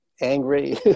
angry